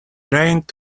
rained